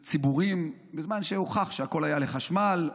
ולציבורים, בזמן שהוכח שהכול היה לחשמל,